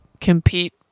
compete